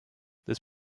this